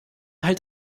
halt